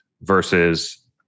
versus